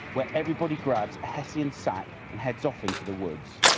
where everybody grabs a hessian sack and heads off into the woods.